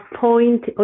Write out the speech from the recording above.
point